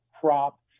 crop